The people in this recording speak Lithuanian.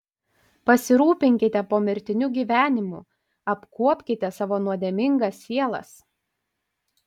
pasirūpinkite pomirtiniu gyvenimu apkuopkite savo nuodėmingas sielas